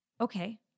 okay